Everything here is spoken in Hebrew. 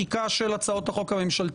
את הליכי החקיקה של הצעות החוק הממשלתיות.